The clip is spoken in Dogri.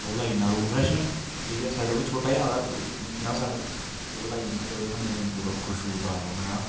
ओह् लाई ओड़ना रूम फ्रैशनर ठीक ऐ साढ़े ओह् छोटा जेहा आंदा ऐ पजांह् सट्ठ दा ओह् लाई ओड़ना ते ओह्दे कन्नै रूम पूरा खुशबूदार रौहना है ना